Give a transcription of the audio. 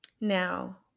Now